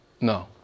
No